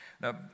Now